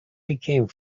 became